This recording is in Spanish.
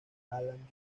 alan